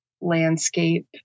landscape